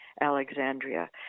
Alexandria